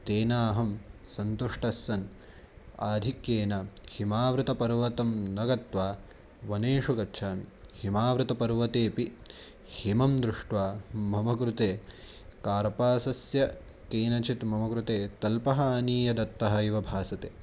तेन अहं सन्तुष्टस्सन् आधिक्येन हिमावृतपर्वतं न गत्वा वनेषु गच्छामि हिमावृतपर्वतेऽपि हिमं दृष्ट्वा मम कृते कार्पासस्य केनचित् मम कृते तल्पः आनीयः दत्तः इव भासते